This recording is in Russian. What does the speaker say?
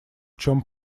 чем